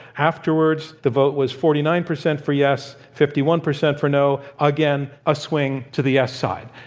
afterwards, the vote was forty nine percent for yes, fifty one percent for no. again, a swing to the yes side.